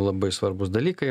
labai svarbūs dalykai